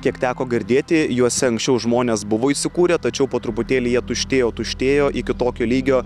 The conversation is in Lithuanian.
kiek teko girdėti juose anksčiau žmonės buvo įsikūrę tačiau po truputėlį jie tuštėjo tuštėjo iki tokio lygio